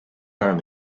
orm